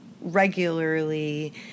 regularly